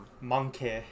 Monkey